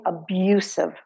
abusive